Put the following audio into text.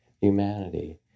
humanity